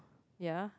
ya